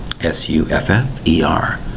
S-U-F-F-E-R